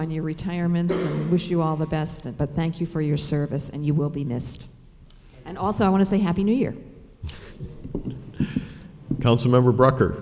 on your retirement wish you all the best but thank you for your service and you will be missed and also i want to say happy new year culture member brucker